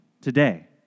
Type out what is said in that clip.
today